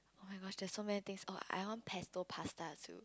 oh-my-gosh there's so many things oh I want pesto pasta too